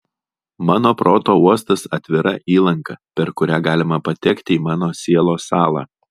mano proto uostas atvira įlanka per kurią galima patekti į mano sielos sąlą